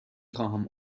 خواهم